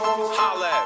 Holla